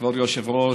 כבוד היושב-ראש.